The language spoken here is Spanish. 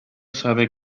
sabe